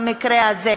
במקרה הזה,